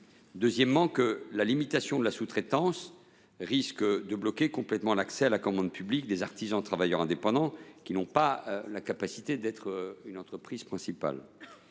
massivement. Ensuite, la limitation de la sous traitance risque de bloquer complètement l’accès à la commande publique des artisans et travailleurs indépendants, qui n’ont pas la capacité d’agir en tant qu’entreprise principale.